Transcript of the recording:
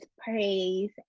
praise